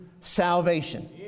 salvation